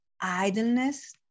idleness